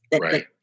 Right